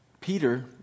Peter